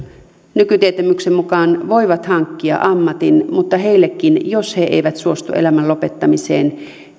nykytietämyksen mukaan voivat hankkia ammatin mutta heillekin jos he eivät suostu elämän lopettamiseen